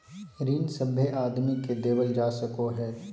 ऋण सभे आदमी के देवल जा सको हय